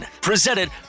presented